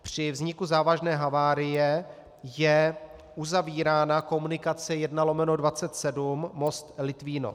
Při vzniku závažné havárie je uzavírána komunikace 1/27 Most Litvínov.